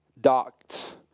docked